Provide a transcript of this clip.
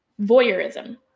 voyeurism